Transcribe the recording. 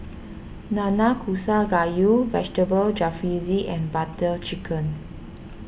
Nanakusa Gayu Vegetable Jalfrezi and Butter Chicken